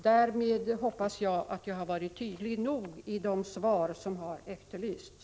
Därmed hoppas jag att jag har varit tydlig nog i de svar som har efterlysts.